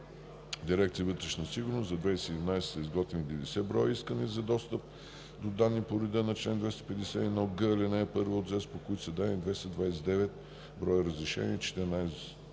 Дирекция „Вътрешна сигурност“ за 2017 г. са изготвени 90 броя искания за достъп до данни по реда на чл. 251г, ал. 1 от ЗЕС, по които са дадени 229 броя разрешения и